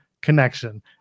connection